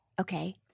Okay